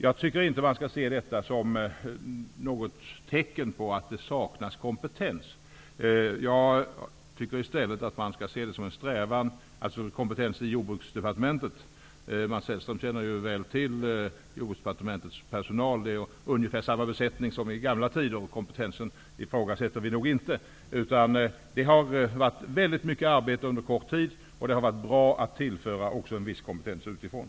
Man skall inte se detta som något tecken på att det saknas kompetens i Jordbruksdepartementet. Mats Hellström känner ju väl till Jordbruksdepartementets personal. Det är ungefär samma besättning som i gamla tider. Kompetensen ifrågasätter vi nog inte. Men det har varit mycket arbete under kort tid, och det har varit bra att också tillföra en viss kompetens utifrån.